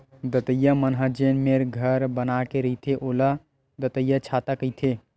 दतइया मन ह जेन मेर घर बना के रहिथे ओला दतइयाछाता कहिथे